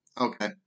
okay